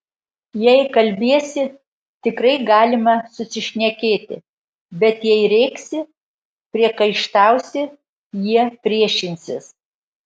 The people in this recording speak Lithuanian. jei kalbiesi tikrai galima susišnekėti bet jei rėksi priekaištausi jie priešinsis